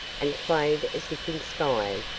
and played as if inspired,